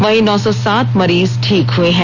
वहीं नौ सौ सात मरीज ठीक हुए हैं